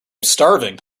starving